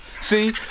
See